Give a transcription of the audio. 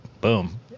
Boom